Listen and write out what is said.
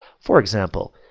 for example,